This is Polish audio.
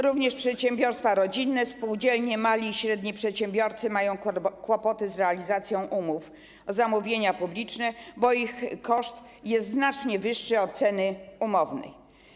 Również przedsiębiorstwa rodzinne, spółdzielnie, mali i średni przedsiębiorcy mają kłopoty z realizacją umów o zamówienia publiczne, bo ich koszt jest znacznie wyższy od ceny umownej.